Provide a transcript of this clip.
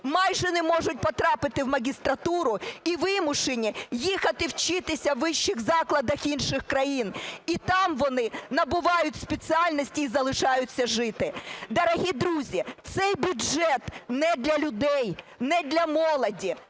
майже не можуть потрапити в магістратуру і вимушені їхати вчитися у вищих закладах інших країн. І там вони набувають спеціальностей і залишаються жити. Дорогі друзі, цей бюджет не для людей, не для молоді.